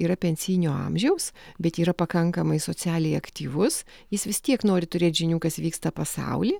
yra pensijinio amžaus bet yra pakankamai socialiai aktyvus jis vis tiek nori turėt žinių kas vyksta pasauly